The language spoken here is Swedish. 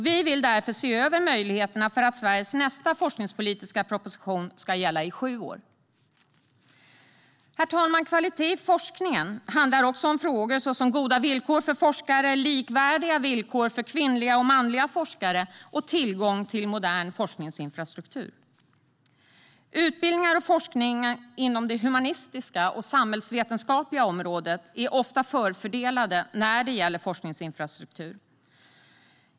Vi vill därför se över möjligheterna för att Sveriges nästa forskningspolitiska proposition ska gälla i sju år. Herr talman! Kvalitet i forskningen handlar också om frågor som goda villkor för forskare, likvärdiga villkor för kvinnliga och manliga forskare och tillgång till modern forskningsinfrastruktur. Utbildning och forskning inom det humanistiska och samhällsvetenskapliga området är ofta förfördelad när det gäller forskningsinfrastruktur.